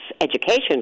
education